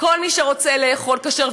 כל מי שרוצה לאכול כשר,